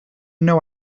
know